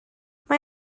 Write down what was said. mae